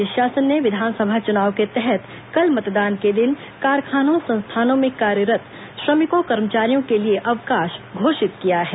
राज्य शासन ने विधानसभा चुनाव के तहत कल मतदान के दिन कारखानों संस्थानों में कार्यरत श्रमिकों कर्मचारियों के लिए अवकाश घोषित किया है